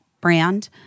brand